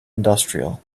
industrial